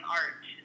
art